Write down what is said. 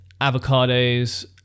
avocados